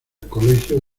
colegio